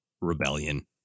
rebellion